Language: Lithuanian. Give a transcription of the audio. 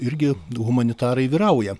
irgi humanitarai vyrauja